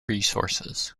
resources